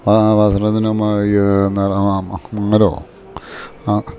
വസ്ത്രത്തിന് നെറ മങ്ങലോ ആ